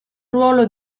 ruolo